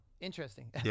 interesting